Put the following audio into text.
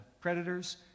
Predators